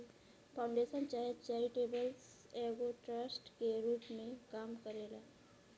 foundation चाहे charitable foundation एगो trust के रूप में काम करेला